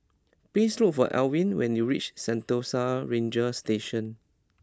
please look for Alwin when you reach Sentosa Ranger Station